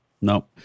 no